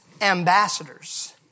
ambassadors